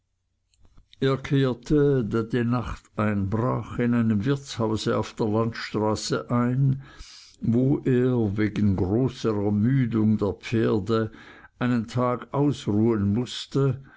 da die nacht einbrach in einem wirtshause auf der landstraße ein wo er wegen großer ermüdung der pferde einen tag ausruhen mußte